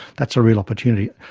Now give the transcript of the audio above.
that's a real opportunity.